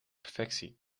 perfectie